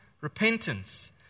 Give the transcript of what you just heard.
repentance